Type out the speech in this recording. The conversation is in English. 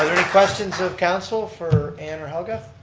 question so of council for ann or helga?